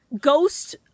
ghost